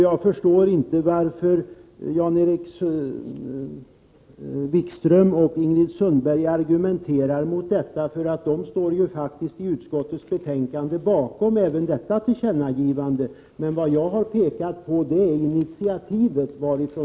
Jag förstår inte varför Prot. 1988/89:86 Jan-Erik Wikström och Ingrid Sundberg argumenterar mot detta. I utskot 22 mars 1989 tets betänkande står de ju faktiskt bakom även detta tillkännagivande. Vad VA nslae dill fenter, dans jag har frågat efter är varifrån initiativet kommer.